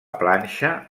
planxa